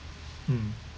mm